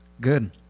Good